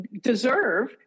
deserve